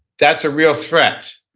that's a real threat.